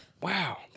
Wow